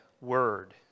word